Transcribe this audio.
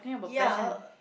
ya